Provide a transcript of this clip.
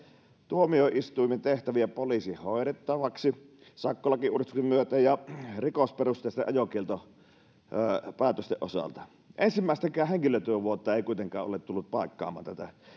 tuomioistuimen tehtäviä poliisin hoidettavaksi sakkolakiuudistuksen myötä ja rikosperusteisten ajokieltopäätösten osalta ensimmäistäkään henkilötyövuotta ei kuitenkaan ole tullut paikkaamaan tätä